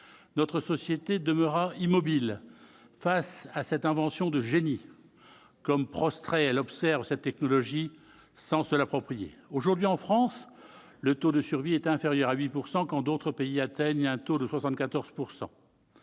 notre société demeura immobile face à cette invention de génie. Comme prostrée, elle observe cette technologie, sans se l'approprier. Aujourd'hui, en France, le taux de survie est inférieur à 8 %, quand d'autres pays atteignent un taux de 74 %.